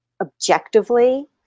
objectively